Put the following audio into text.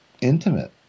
intimate